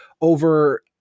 over